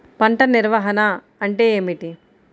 పంట నిర్వాహణ అంటే ఏమిటి?